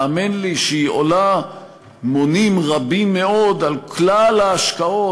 האמן לי שהיא עולה מונים רבים מאוד על כלל ההשקעות.